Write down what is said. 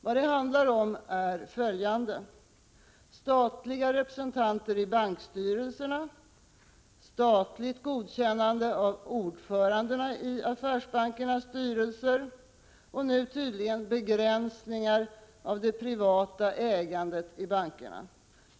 Vad det handlar om är följande: statliga representanter i bankstyrelserna, statligt godkännande av ordförandena i affärsbankernas styrelser och nu tydligen begränsning av det privata ägandet i bankerna.